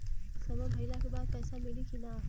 समय भइला के बाद पैसा मिली कि ना?